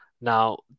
Now